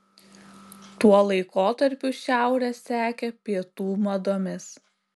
tuo laikotarpiu šiaurė sekė pietų madomis